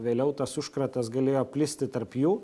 vėliau tas užkratas galėjo plisti tarp jų